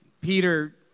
Peter